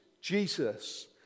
Jesus